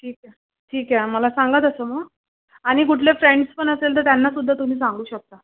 ठीक आहे ठीक आहे आम्हाला सांगा तसं मग आणि कुठले फ्रेंड्स पण असेल तर त्यांनासुद्धा तुम्ही सांगू शकता